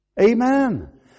Amen